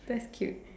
that's cute